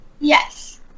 Yes